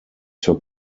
zur